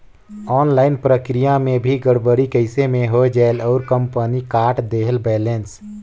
Online प्रक्रिया मे भी गड़बड़ी कइसे मे हो जायेल और कंपनी काट देहेल बैलेंस?